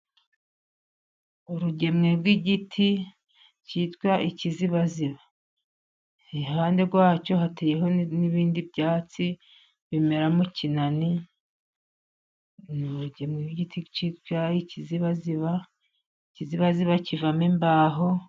Urugemwe rw'igiti cyitwa ikizibaziba, iruhande rwacyo hateye n'ibindi byatsi bimera mu kinani, ni urugemwe rw'igiti cyitwa ikizibaziba, ikizibaziba kivamo imbaho.